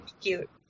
cute